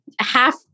half